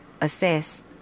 Assess